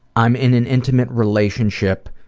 i'm in an intimate relationship,